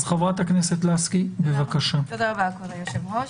תודה רבה, אדוני היושב-ראש.